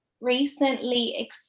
recently